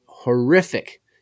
horrific